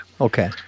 Okay